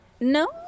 No